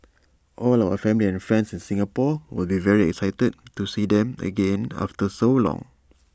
all our family and friends in Singapore will be very excited to see them again after so long